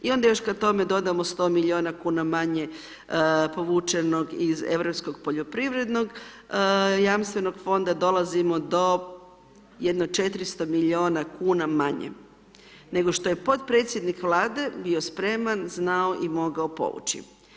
I onda još kad tome dodamo 100 milijuna kuna manje povučenog iz Europskog poljoprivrednog jamstvenog fonda dolazimo do jedno 400 milijuna kuna manje nego što je podpredsjednik Vlade bio spreman, znao i mogao povući.